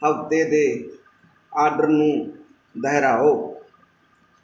ਹਫ਼ਤੇ ਦੇ ਆਰਡਰ ਨੂੰ ਦੁਹਰਾਓ